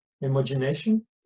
imagination